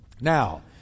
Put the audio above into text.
now